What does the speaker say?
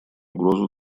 угрозу